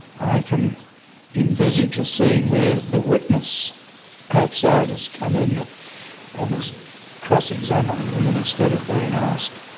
i can envisage a scene where the witness outside has come in and is cross-examined and instead of being asked